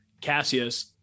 Cassius